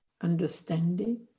understanding